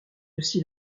aussi